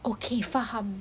okay faham